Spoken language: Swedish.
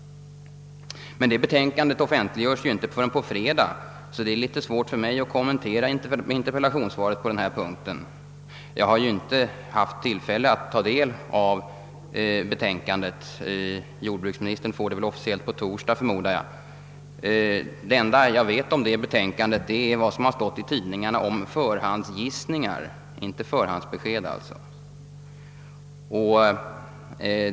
Men detta betänkande offentliggöres inte förrän på fredag. Det är därför svårt för mig att kommentera interpellationssvaret på denna punkt. Jag har ju inte haft tillfälle att ta del av betänkandet. Jordbruksministern får det väl officiellt på torsdag, förmodar jag. Det enda jag vet om detta betänkande är vad som har stått i tidningarna om förhandsgissningar — inte förhandsbesked alltså.